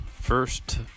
first